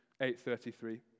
8.33